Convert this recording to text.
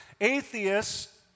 atheists